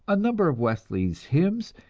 a number of wesley's hymns,